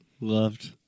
loved